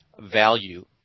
value